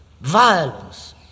violence